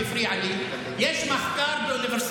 אדוני היו"ר.